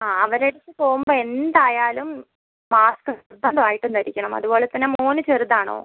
അ അ അവരുടെ അടുത്ത് പോകുമ്പോൾ എന്തായാലും മാസ്ക് നിർബന്ധമായിട്ടും ധരിക്കണം അതുപോലെ തന്നെ മോന് ചെറുതാണോ